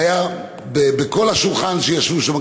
בכל השולחן שישבו שם,